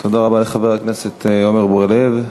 תודה רבה לחבר הכנסת עמר בר-לב.